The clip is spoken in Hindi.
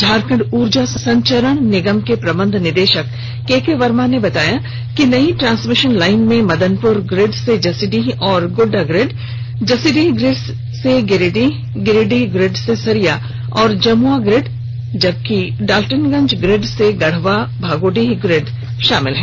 झारखंड ऊर्जा संचरण निगम के प्रबंध निदेशक केके वर्मा ने बताया कि नई ट्रांसमिशन लाइन में मदनपुर ग्रिड से जसीडीह और गोड्डा ग्रिड जसीडीह ग्रिड से गिरिडीह गिरिडीह ग्रिड से सरिया और जमुआ ग्रिड और डाल्टेनगंज ग्रिड से गढ़वा भागोडीह ग्रिड शामिल हैं